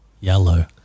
yellow